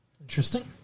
interesting